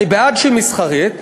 אני בעד שהיא מסחרית,